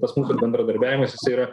pas mus ir bendradarbiavimas jisai yra